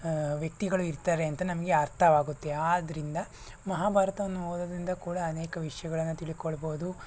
ವ್ಯಕ್ತಿಗಳು ಇರ್ತಾರೆ ಅಂತ ನಮಗೆ ಅರ್ಥವಾಗುತ್ತೆ ಆದ್ದರಿಂದ ಮಹಾಭಾರತವನ್ನು ಓದೋದ್ರಿಂದ ಕೂಡ ಅನೇಕ ವಿಷಯಗಳನ್ನು ತಿಳ್ಕೊಳ್ಬೋದು